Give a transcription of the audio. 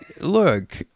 look